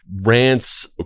rants